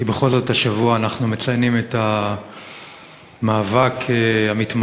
כי בכל זאת השבוע אנחנו מציינים את המאבק המתמשך